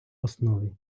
основі